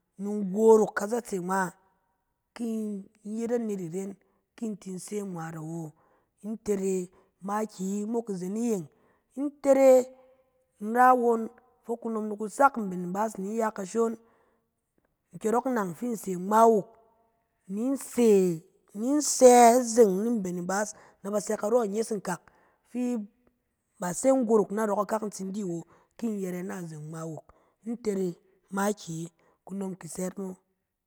Ni in gorok kazatse ngma, ki in yet anet iren, ki in tin se ngmaat awo. Ntere makiyi mok izen iye, ntere, in ra won fok kunom kusak mben ibaas ni ya kashon. Nkyɔrɔk nang fi in se ngma wuk, ni se, ni sɛ zeng ni mben ibaas, na ba sɛ karɔ inyes nkak fi ba se in gorok sak narɔ nakak in tsin di wo, ki in yɛrɛ na azeng ngma wuk. In tere makiyi, kunom ki sɛ yit mo.